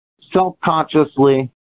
self-consciously